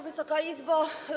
Wysoka Izbo!